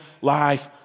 life